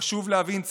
חשוב להבין,